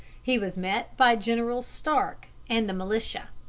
he was met by general stark and the militia.